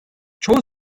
çoğu